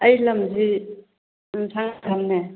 ꯑꯩ ꯂꯝꯁꯤ ꯎꯝ ꯁꯥꯉꯥꯏ ꯌꯨꯝꯐꯝꯅꯦ